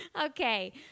Okay